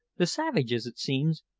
the savages, it seems,